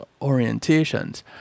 orientations